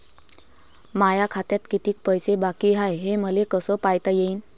माया खात्यात कितीक पैसे बाकी हाय हे मले कस पायता येईन?